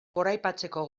goraipatzeko